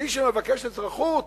מי שמבקש אזרחות,